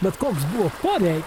bet koks buvo porei